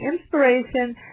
inspiration